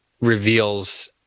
reveals